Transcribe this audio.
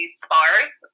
sparse